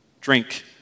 drink